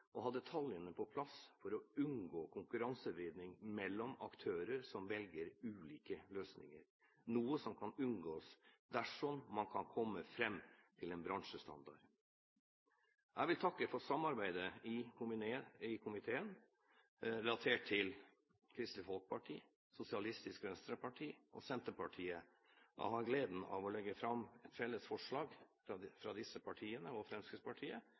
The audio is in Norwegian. å ha detaljene på plass for å unngå konkurransevridning mellom aktører som velger ulike løsninger, noe som kan unngås dersom man kan komme fram til en bransjestandard. Jeg vil takke for samarbeidet i komiteen, relatert til Kristelig Folkeparti, Sosialistisk Venstreparti og Senterpartiet. Jeg har gleden av å legge fram et felles forslag, fra disse partiene og Fremskrittspartiet,